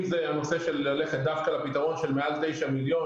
אם זה ללכת דווקא לפתרון של מעל 9 מיליון,